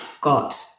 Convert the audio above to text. got